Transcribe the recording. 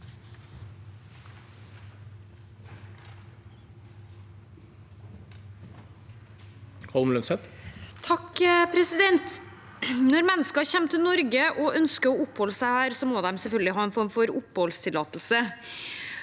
Holm Lønseth (H) Når mennesker kommer til Norge og ønsker å oppholde seg her, må de selvfølgelig ha en form for oppholdstillatelse.